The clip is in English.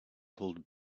called